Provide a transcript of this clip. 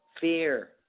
fear